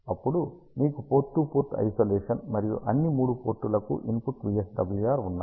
అప్పుడు మీకు port to port isolation మరియు అన్ని 3 పోర్టులకు ఇన్పుట్ VSWR ఉన్నాయి